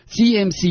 CMC